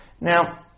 Now